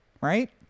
right